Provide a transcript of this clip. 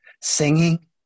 Singing